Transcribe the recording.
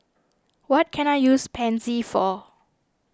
what can I use Pansy for